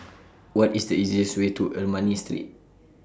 What IS The easiest Way to Ernani Street